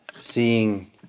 seeing